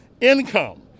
income